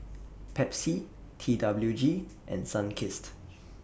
Pepsi T W G and Sunkist